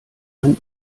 einen